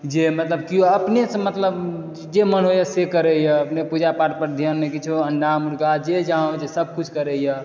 जे मतलब केओ अपने से मतलब जे मोन होइया से करैया अपने पूजा पाठ पर ध्यान नहि किछो अंडा मुर्गा जे जहाँ होइया सब किछु करैया